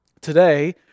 Today